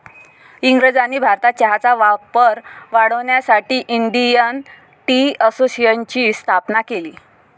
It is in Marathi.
इंग्रजांनी भारतात चहाचा वापर वाढवण्यासाठी इंडियन टी असोसिएशनची स्थापना केली